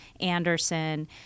Anderson